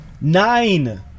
Nine